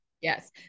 Yes